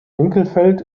winkelfeld